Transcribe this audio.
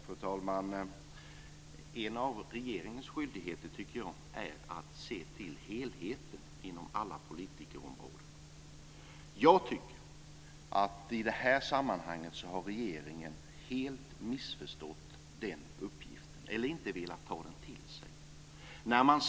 Fru talman! En av regeringens skyldigheter är att se till helheten inom alla politikområden. Jag tycker att i det här sammanhanget har regeringen helt missförstått den uppgiften eller inte velat ta den till sig.